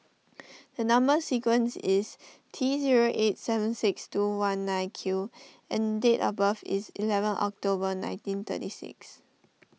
a Number Sequence is T zero eight seven six two one nine Q and date of birth is eleven October nineteen thirty six